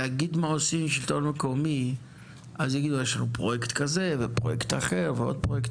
השלטון המקומי יגידו לנו: "יש לנו פרויקט כזה ועוד פרויקט",